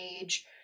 age